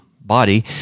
body